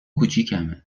کوچیکمه